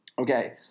Okay